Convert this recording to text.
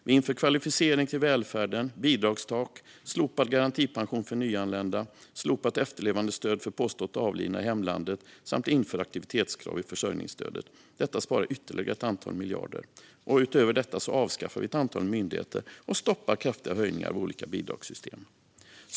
Vi inför kvalificering till välfärden, bidragstak, slopad garantipension för nyanlända, slopat efterlevandestöd för påstått avlidna i hemlandet och aktivitetskrav i försörjningsstödet. Detta sparar ytterligare ett antal miljarder. Utöver detta avskaffar vi ett antal myndigheter och stoppar kraftiga höjningar i olika bidragssystem.